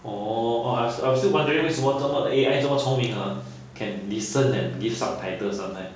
orh I was I was still wondering 为什么这么 A_I 这么聪明 ha can listen that give subtitles sometimes